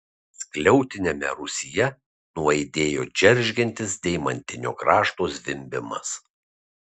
skliautiniame rūsyje nuaidėjo džeržgiantis deimantinio grąžto zvimbimas